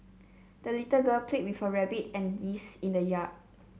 the little girl played with her rabbit and geese in the yard